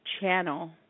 channel